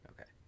Okay